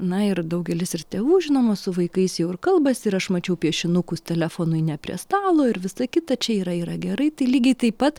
na ir daugelis ir tėvų žinoma su vaikais jau ir kalbasi ir aš mačiau piešinukus telefonai ne prie stalo ir visa kita čia yra yra gerai tai lygiai taip pat